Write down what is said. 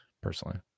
personally